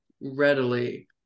readily